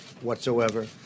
whatsoever